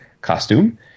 costume